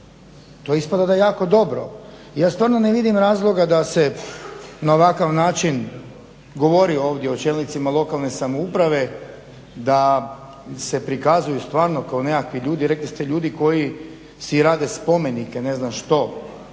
da je jako dobro. Ja stvarno ne vidim razloga da se na ovakav način govori ovdje o čelnicima lokalne samouprave, da se prikazuju stvarno kao nekakvi ljudi, rekli ste ljudi koji si rade spomenike ne znam što.